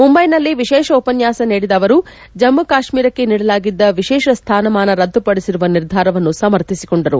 ಮುಂಬೈನಲ್ಲಿ ವಿಶೇಷ ಉಪನ್ಯಾಸ ನೀಡಿದ ಅವರು ಜಮ್ಮ ಕಾಶ್ಮೀರಕ್ಕೆ ನೀಡಲಾಗಿದ್ದ ವಿಶೇಷ ಸ್ಯಾನಮಾನ ರದ್ದುಪಡಿಸಿರುವ ನಿರ್ಧಾರವನ್ನು ಸಮರ್ಥಿಸಿಕೊಂಡರು